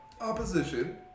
opposition